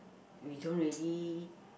we don't really